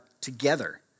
together